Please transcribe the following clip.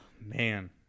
Man